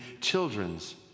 children's